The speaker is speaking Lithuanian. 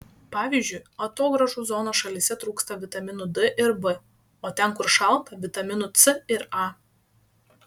pavyzdžiui atogrąžų zonos šalyse trūksta vitaminų d ir b o ten kur šalta vitaminų c ir a